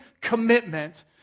commitment